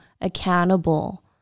accountable